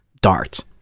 dart